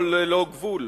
לא ללא גבול.